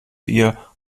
ihr